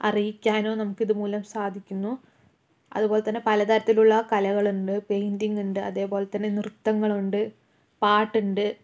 അറിയിക്കാനും നമുക്ക് ഇതുമൂലം സാധിക്കുന്നു അതുപോലെതന്നെ പലതരത്തിലുള്ള കലകൾ ഉണ്ട് പെയിൻറിങ് ഉണ്ട് അതേപോലെതന്നെ നൃത്തങ്ങൾ ഉണ്ട് പാട്ടുണ്ട്